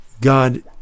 God